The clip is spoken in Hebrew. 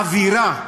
האווירה,